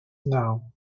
now